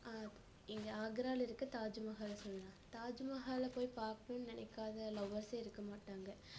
இங்கே ஆக்ராவில இருக்க தாஜ்மஹால் சொல்லலாம் தாஜுமஹாலை போய் பார்க்குணுன்னு நினைக்காத லவ்வர்ஸ்சே இருக்க மாட்டாங்க